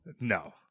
No